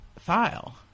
file